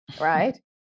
right